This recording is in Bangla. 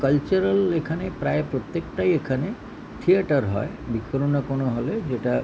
কালচারাল এখানে প্রায় প্রত্যেকটাই এখানে থিয়েটার হয় কোনও না কোনওভাবে যেটা